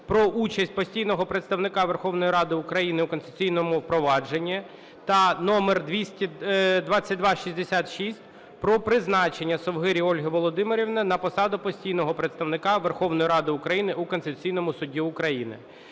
про участь постійного представника Верховної Ради України у конституційному провадженні та №2266 про призначення Совгирі Ольги Володимирівни на посаду постійного представника Верховної Ради України у Конституційному Суді України.